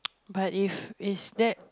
but if is that